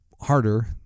harder